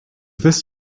this